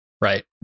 Right